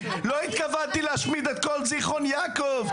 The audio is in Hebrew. התכוונתי, לא התכוונתי להשמיד את כל זיכרון יעקב.